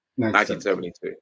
1972